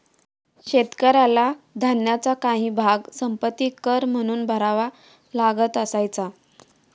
शेतकऱ्याला धान्याचा काही भाग संपत्ति कर म्हणून भरावा लागत असायचा